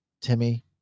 Timmy